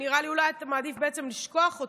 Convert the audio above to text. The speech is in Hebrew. נראה לי שאולי אתה מעדיף בעצם לשכוח אותו,